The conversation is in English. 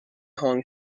hong